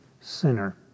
sinner